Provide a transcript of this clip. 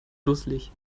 dusselig